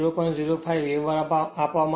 05 વેબર આપવામાં આવે છે